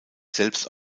selbst